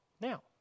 now